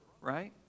right